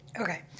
Okay